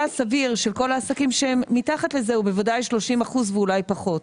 הסביר של כל העסקים שהם מתחת לזה הוא בוודאי 30% ואולי פחות.